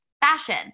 Fashion